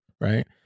right